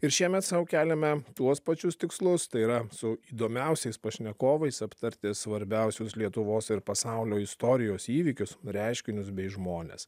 ir šiemet sau keliame tuos pačius tikslus tai yra su įdomiausiais pašnekovais aptarti svarbiausius lietuvos ir pasaulio istorijos įvykius reiškinius bei žmones